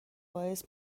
باعث